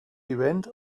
event